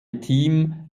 team